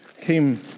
came